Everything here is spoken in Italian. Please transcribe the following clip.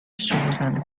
suzanne